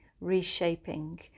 reshaping